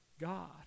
God